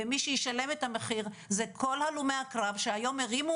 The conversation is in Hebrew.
ומי שישלם את המחיר זה כל הלומי הקרב שהיום הרימו